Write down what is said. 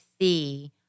see